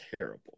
terrible